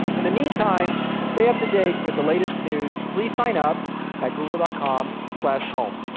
in the meantime, to stay up-to-date with the latest news, please sign up at google ah com home.